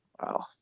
Wow